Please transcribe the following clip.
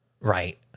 Right